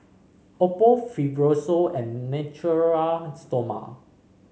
Oppo Fibrosol and Natura Stoma